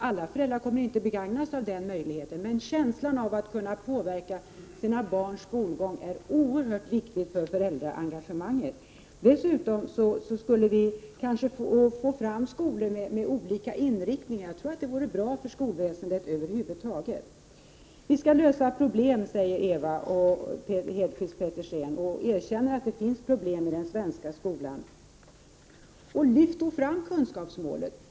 Alla föräldrar kommer inte att begagna sig av den möjligheten, men känslan av att kunna påverka sina barns skolgång är oerhört viktig för föräldraengagemanget. Dessutom skulle vi kanske få fram skolor med olika inriktning. Jag tror att det vore bra för skolväsendet över huvud taget. Vi skall lösa problemen, säger Ewa Hedkvist Petersen och erkänner att det finns problem i den svenska skolan. Lyft då fram kunskapsmålet!